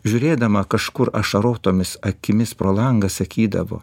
žiūrėdama kažkur ašarotomis akimis pro langą sakydavo